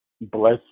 bless